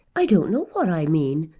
i don't know what i mean.